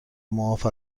معاف